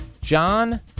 John